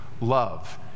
love